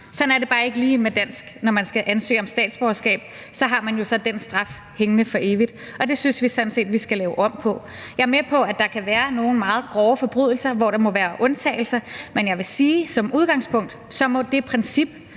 Sådan er det bare ikke lige, når man skal ansøge om dansk statsborgerskab. Så har man jo den straf hængende for evigt, og det synes vi sådan set at vi skal lave om på. Jeg er med på, at der kan være nogle meget grove forbrydelser, hvor der må være undtagelser, men jeg vil sige, at som udgangspunkt må det princip,